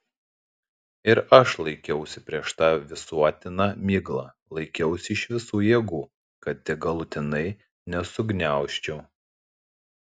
ir aš laikiausi prieš tą visuotiną miglą laikiausi iš visų jėgų kad tik galutinai nesugniaužčiau